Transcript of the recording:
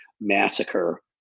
massacre